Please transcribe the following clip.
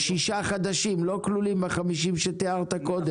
6 חדשים, לא כלולים ב-50 שתיארת קודם?